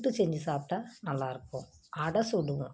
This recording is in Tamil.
புட்டு செஞ்சு சாப்பிட்டா நல்லாயிருக்கும் அடை சுடுவோம்